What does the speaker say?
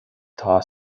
atá